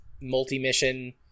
multi-mission